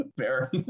Fair